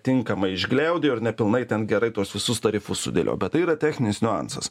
tinkamai išgliaudė ir nepilnai ten gerai tuos visus tarifus sudėliojo bet tai yra techninis niuansas